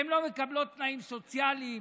הן לא מקבלות תנאים סוציאליים